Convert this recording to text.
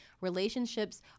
relationships